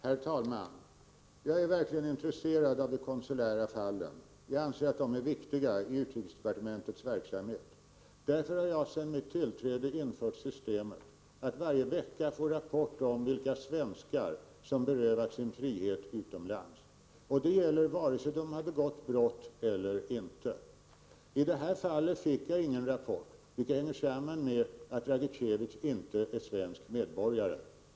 Herr talman! Jag är verkligen intresserad av de konsulära fallen. Jag anser att de är viktiga i utrikesdepartementets verksamhet. Därför har jag sedan mitt tillträde infört systemet att varje vecka få rapport om vilka svenskar som berövats sin frihet utomlands. Detta gäller vare sig de har begått brott eller inte. I detta fall fick jag ingen rapport, vilket hänger samman med att Dragicevic inte är svensk medborgare.